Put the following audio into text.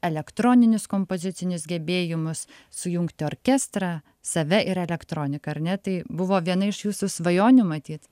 elektroninius kompozicinius gebėjimus sujungti orkestrą save ir elektroniką ar ne tai buvo viena iš jūsų svajonių matyt